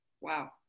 Wow